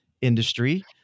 industry